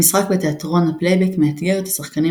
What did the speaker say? המשחק בתיאטרון הפלייבק מאתגר את השחקנים